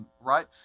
right